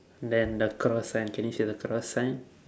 then the cross sign can you see the cross sign